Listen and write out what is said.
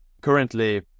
currently